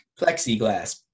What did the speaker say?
Plexiglass